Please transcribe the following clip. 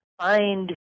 find